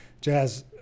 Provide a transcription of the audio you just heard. jazz